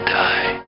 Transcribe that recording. die